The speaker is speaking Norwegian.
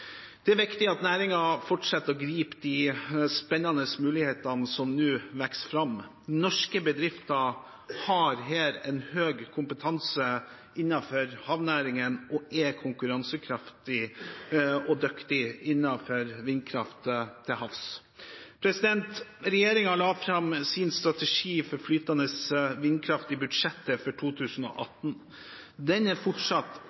Det er viktig at næringen fortsetter å gripe de spennende mulighetene som nå vokser fram. Norske bedrifter har høy kompetanse innenfor havnæringen og er konkurransekraftig og dyktig innenfor vindkraft til havs. Regjeringen la fram vår strategi for flytende vindkraft i budsjettet for 2018, og den er fortsatt